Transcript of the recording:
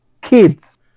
kids